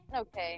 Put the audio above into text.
Okay